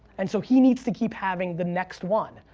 and so he needs to keep having the next one,